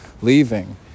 leaving